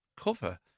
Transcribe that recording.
cover